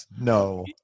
No